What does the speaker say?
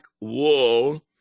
wool